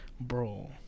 bro